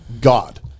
God